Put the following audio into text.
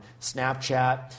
Snapchat